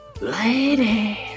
Lady